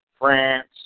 France